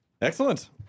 Excellent